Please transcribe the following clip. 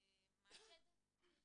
מאג'ד, בבקשה.